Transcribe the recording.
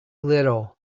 little